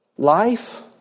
Life